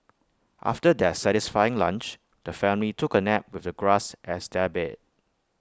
after their satisfying lunch the family took A nap with the grass as their bed